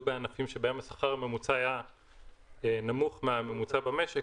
בענפים שבהם השכר הממוצע נמוך מהממוצע במשק,